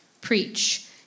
preach